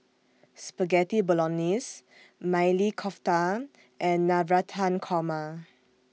Spaghetti Bolognese Maili Kofta and Navratan Korma